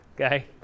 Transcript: Okay